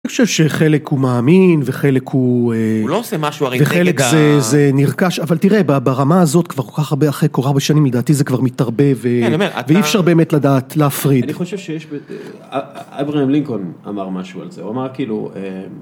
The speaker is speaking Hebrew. אני חושב שחלק הוא מאמין, וחלק הוא... הוא לא עושה משהו הרי גם... וחלק זה נרכש, אבל תראה, ברמה הזאת, כבר כל כך הרבה אחרי כל כך הרבה שנים, לדעתי זה כבר מתערבב, ואי אפשר באמת לדעת, להפריד. אני חושב שיש, אברהם לינקולן אמר משהו על זה, הוא אמר כאילו...